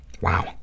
Wow